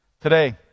Today